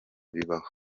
bibaho